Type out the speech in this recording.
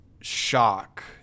shock